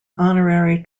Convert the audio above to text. honorary